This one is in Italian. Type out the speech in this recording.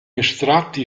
estratti